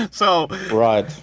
Right